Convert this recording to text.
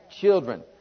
children